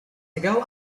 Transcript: ago